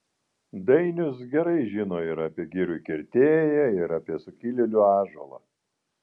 dainius gerai žino ir apie girių kirtėją ir apie sukilėlių ąžuolą